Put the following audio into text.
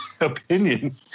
opinion